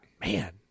man